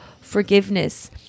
forgiveness